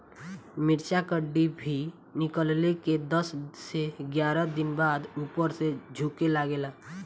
मिरचा क डिभी निकलले के दस से एग्यारह दिन बाद उपर से झुके लागेला?